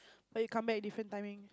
like you come back different timing